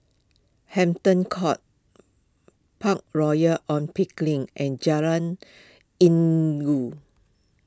Hampton Court Park Royal on Pickering and Jalan Inggu